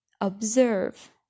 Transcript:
observe